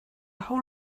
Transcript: whole